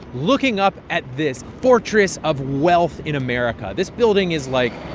looking up at this fortress of wealth in america. this building is, like,